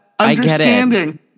Understanding